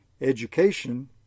education